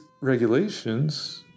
regulations